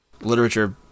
literature